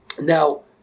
Now